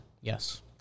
Yes